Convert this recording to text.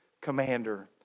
commander